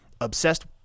obsessed